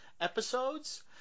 episodes